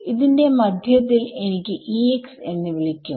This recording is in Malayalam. ഇതിന്റെ മധ്യത്തിൽ എനിക്ക് എന്ന് വിളിക്കാം